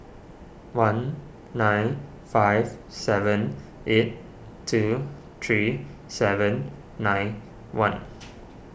one nine five seven eight two three seven nine one